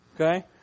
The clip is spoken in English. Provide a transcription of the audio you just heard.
Okay